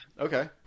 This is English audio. Okay